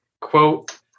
quote